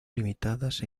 limitadas